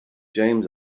james